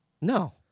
No